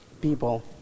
people